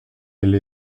elle